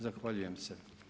Zahvaljujem se.